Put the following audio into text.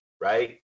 right